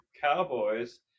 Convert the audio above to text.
Cowboys